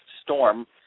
storm